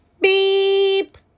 beep